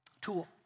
tool